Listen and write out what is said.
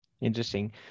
Interesting